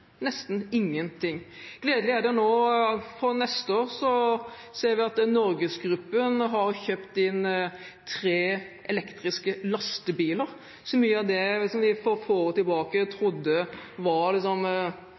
nesten ingenting. Det er gledelig at NorgesGruppen for neste år har kjøpt inn tre elektriske lastebiler. Så mye av det vi for få år tilbake trodde var